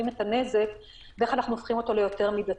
את הנזק ואיך אנחנו הופכים אותו ליותר מידתי.